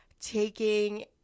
taking